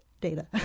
data